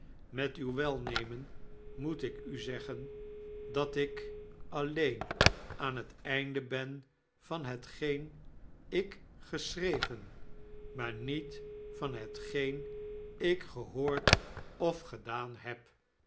met uw welnemen moet ik u zeggen dat ik alleen aan het einde ben van hetgeen ik geschreven maar niet van hetgeen ik gehoord of gedaan heb